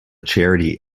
charity